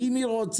אם היא רוצה.